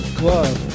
glove